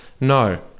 no